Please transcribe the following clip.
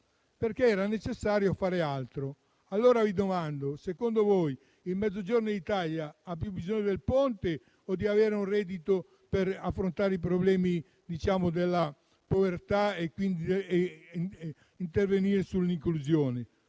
perché era necessario fare altro. Secondo voi, il Mezzogiorno d'Italia ha più bisogno del Ponte o di un reddito per affrontare i problemi della povertà e quindi intervenire sull'inclusione?